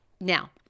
Now